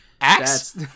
Axe